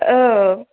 औ